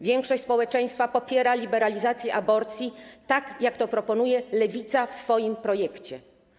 Większość społeczeństwa popiera liberalizację aborcji, tak jak to proponuje Lewica w swoim projekcie.